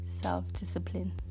self-discipline